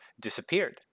disappeared